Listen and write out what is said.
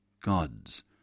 Gods